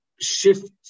shift